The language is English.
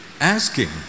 Asking